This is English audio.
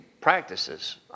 practices